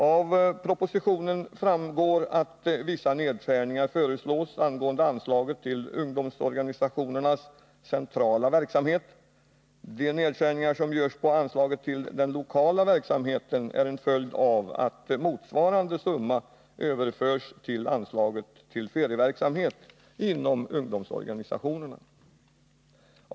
Av propositionen framgår att vissa nedskärningar föreslås i anslaget till ungdomsorganisationernas centrala verksamhet. De nedskärningar som görs i anslaget till den lokala verksamheten är en följd av att motsvarande summa överförs till anslaget Bidrag till ferieverksamhet inom ungdomsorganisationerna.